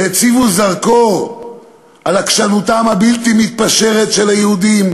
והציבו זרקור על עקשנותם הבלתי-מתפשרת של היהודים